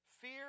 fear